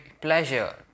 pleasure